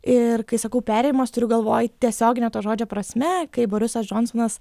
ir kai sakau perėjimas turiu galvoj tiesiogine to žodžio prasme kai borisas džonsonas